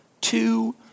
two